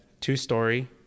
two-story